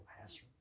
passer